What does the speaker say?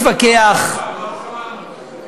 אני לא מתווכח, דבר עוד הפעם, לא שמענו.